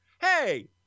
Hey